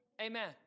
Amen